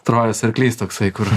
trojos arklys toksai kur